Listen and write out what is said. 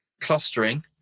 clustering